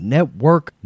Network